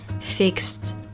fixed